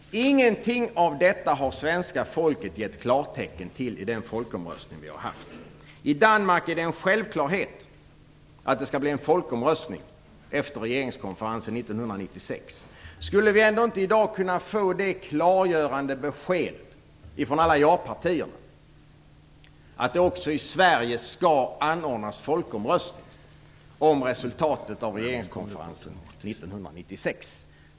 Ingenting av detta har svenska folket gett klartecken till i den folkomröstning vi har haft. I Danmark är det en självklarhet att det skall bli en folkomröstning efter regeringskonferensen år 1996. Skulle vi ändå inte i dag kunna få det klargörande beskedet ifrån alla ja-partierna att det också i Sverige skall anordnas folkomröstning om resultatet av regeringskonferensen år 1996?